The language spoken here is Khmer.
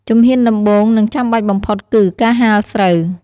ជំហានដំបូង និងចាំបាច់បំផុតគឺ ការហាលស្រូវ។